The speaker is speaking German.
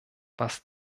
was